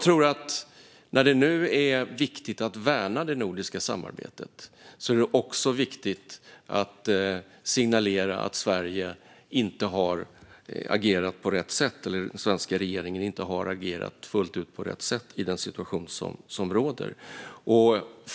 Nu när det är viktigt att värna det nordiska samarbetet tror jag också att det är viktigt att signalera att Sverige, eller den svenska regeringen, inte har agerat fullt ut på rätt sätt i den situation som råder.